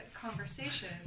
Conversation